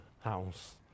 house